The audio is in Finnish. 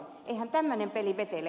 eihän tämmöinen peli ve tele